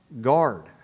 guard